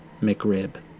McRib